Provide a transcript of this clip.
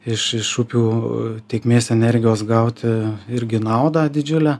iš iš upių tėkmės energijos gauti irgi naudą didžiulę